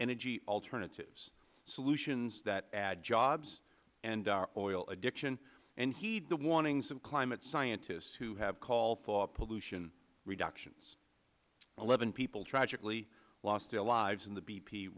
energy alternatives solutions that add jobs end our oil addiction and heed the warnings of climate scientists who have called for pollution reductions eleven people tragically lost their lives in the b